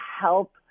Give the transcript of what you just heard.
help